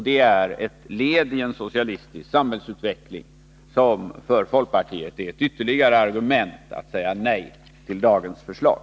Det är ett led i en socialistisk samhällsutveckling, vilket för folkpartiet är ett ytterligare argument att säga nej till dagens förslag.